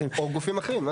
או גופים אחרים.